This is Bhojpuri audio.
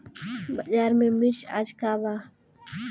बाजार में मिर्च आज का बा?